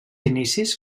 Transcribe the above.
inicis